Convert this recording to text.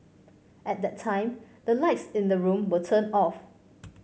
at that time the lights in the room were turned off